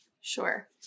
Sure